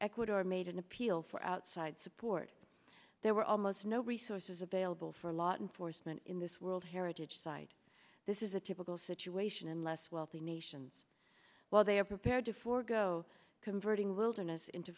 ecuador made an appeal for outside support there were almost no resources available for a lot and forstmann in this world heritage site this is a typical situation in less wealthy nations while they are prepared to forgo converting wilderness into